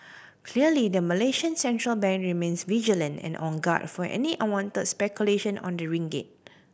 clearly the Malaysian central bank remains vigilant and on guard for any unwanted speculation on the ringgit